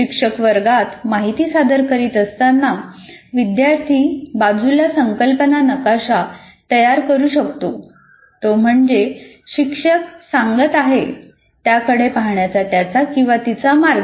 शिक्षक वर्गात माहिती सादर करीत असताना विद्यार्थी बाजूला संकल्पना नकाशा तयार करू शकतो तो म्हणजे शिक्षक सांगत आहेत त्याकडे पाहण्याचा त्याचा तिचा मार्ग